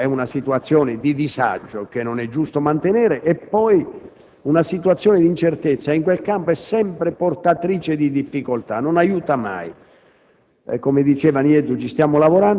tratta, infatti, di una situazione di disagio che non è giusto mantenere. Una situazione di incertezza in questo campo è sempre portatrice di difficoltà e non è mai